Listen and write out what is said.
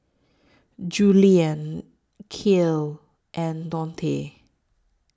Juliann Kyle and Dontae